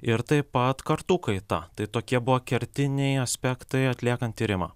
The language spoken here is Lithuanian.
ir taip pat kartų kaita tai tokie buvo kertiniai aspektai atliekant tyrimą